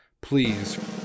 please